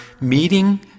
meeting